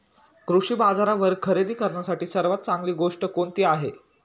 कृषी बाजारावर खरेदी करण्यासाठी सर्वात चांगली गोष्ट कोणती आहे?